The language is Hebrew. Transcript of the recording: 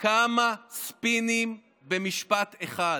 כמה ספינים במשפט אחד?